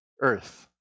earth